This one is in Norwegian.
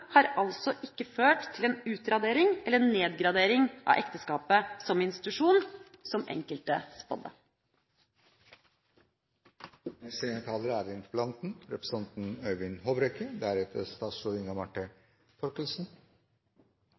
har altså ikke ført til en utradering eller en nedgradering av ekteskapet som institusjon, som enkelt spådde. Jeg takker statsråden for svaret. Det er